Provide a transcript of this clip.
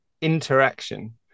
interaction